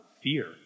fear